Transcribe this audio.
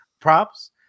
props